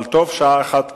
אבל טובה שעה אחת קודם.